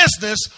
business